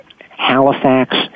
Halifax